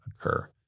occur